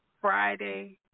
Friday